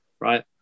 right